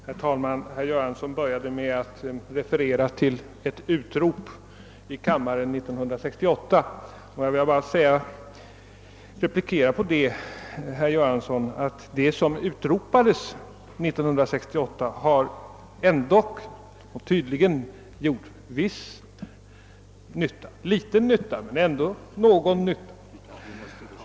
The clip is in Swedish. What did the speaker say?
Herr talman! Herr Göransson började med att referera till ett utrop i kammaren 1968 och som svar vill jag säga att det som då utropades ändock tydligen gjort om än inte så stor så i alla fall någon nytta.